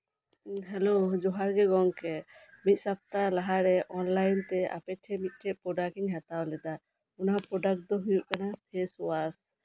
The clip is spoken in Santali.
ᱦᱮᱞᱳ ᱡᱚᱦᱟᱨ ᱜᱮ ᱜᱚᱢᱠᱮ ᱢᱤᱫ ᱥᱚᱯᱛᱟ ᱞᱟᱦᱟᱨᱮ ᱚᱱᱞᱟᱭᱤᱱ ᱛᱮ ᱟᱯᱮ ᱴᱷᱮᱱ ᱢᱤᱫᱴᱮᱡ ᱯᱨᱚᱰᱟᱠᱴ ᱤᱧ ᱦᱟᱛᱟᱣ ᱞᱮᱫᱟ ᱚᱱᱟ ᱯᱨᱚᱰᱟᱠᱴ ᱫᱚ ᱦᱩᱭᱩᱜ ᱠᱟᱱᱟ ᱯᱷᱮᱥ ᱳᱟᱥ